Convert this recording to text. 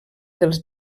dels